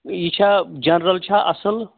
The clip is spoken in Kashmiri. یہِ چھا جرنل چھا اَصٕل